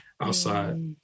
outside